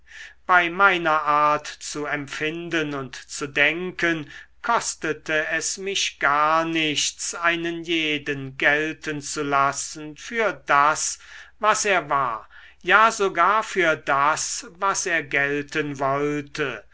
bei meiner art zu empfinden und zu denken kostete es mich gar nichts einen jeden gelten zu lassen für das was er war ja sogar für das was er gelten wollte